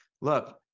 look